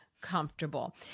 comfortable